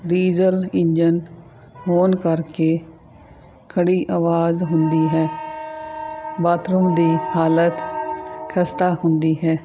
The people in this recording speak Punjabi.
ਡੀਜ਼ਲ ਇੰਜਣ ਹੋਣ ਕਰਕੇ ਖੜ੍ਹੀ ਆਵਾਜ਼ ਹੁੰਦੀ ਹੈ ਬਾਥਰੂਮ ਦੀ ਹਾਲਤ ਖਸਤਾ ਹੁੰਦੀ ਹੈ